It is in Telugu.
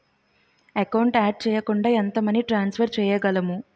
ఎకౌంట్ యాడ్ చేయకుండా ఎంత మనీ ట్రాన్సఫర్ చేయగలము?